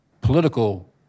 political